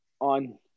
on